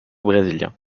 brésiliens